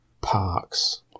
Parks